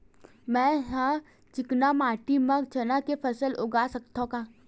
मै ह चिकना माटी म चना के फसल उगा सकथव का?